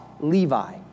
Levi